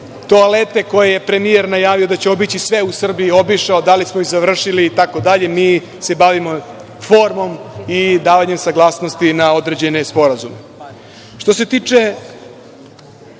toalete, koje je premijer najavio da će obići sve u Srbiji, da li ih je obišao, da li smo iz završili, itd, mi se bavimo formom i davanjem saglasnosti na određene sporazume. Što